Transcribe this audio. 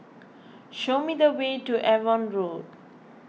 show me the way to Avon Road